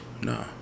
No